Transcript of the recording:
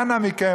אנא מכם,